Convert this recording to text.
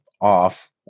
off